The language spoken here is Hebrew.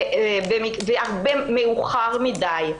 ומאוחר מדי.